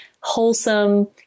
wholesome